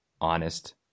honest